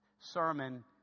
sermon